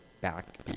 back